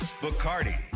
Bacardi